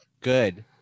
Good